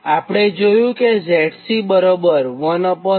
આપણે જોયું છે કે ZC1LC